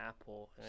apple